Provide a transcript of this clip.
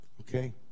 okay